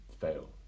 fail